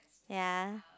ya